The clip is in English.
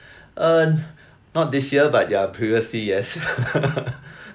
uh not this year but ya previously yes